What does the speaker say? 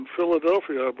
Philadelphia